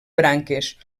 branques